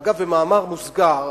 אגב, במאמר מוסגר,